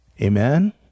amen